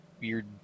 weird